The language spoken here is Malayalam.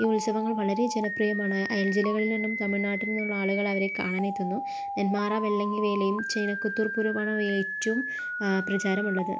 ഈ ഉത്സവങ്ങൾ വളരെ ജനപ്രിയമാണ് അയൽ ജില്ലകളിൽ നിന്നും തമിഴ് നാട്ടിൽ നിന്നുള്ള ആളുകൾ അവരെ കാണാൻ എത്തുന്നു നെന്മാറ വെള്ളെങ്കി വേലയും ചേനക്കത്തൂർ പൂരവുമാണ് ഏറ്റവും പ്രചാരമുള്ളത്